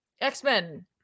x-men